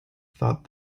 thought